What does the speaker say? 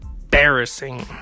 embarrassing